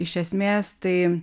iš esmės tai